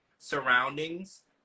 surroundings